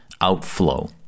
outflow